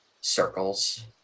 circles